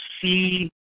see